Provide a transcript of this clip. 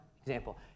example